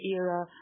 era